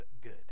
good